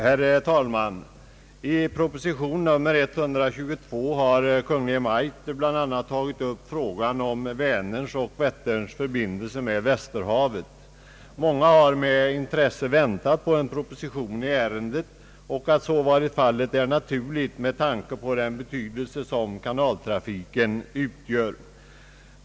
Herr talman! I proposition 122 har Kungl. Maj:t bl.a. tagit upp frågan om Vänerns och Vätterns förbindelse med Västerhavet. Många har med intresse väntat på en proposition i ärendet, och att så varit fallet är naturligt med tanke på den betydelse som kanaltrafiken har.